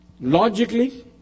Logically